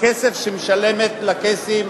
הכסף שמשלמים לקייסים,